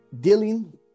dealing